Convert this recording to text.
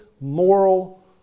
moral